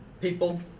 people